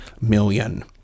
million